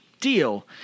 Deal